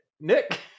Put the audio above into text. Nick